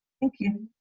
thank you